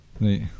Right